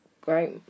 great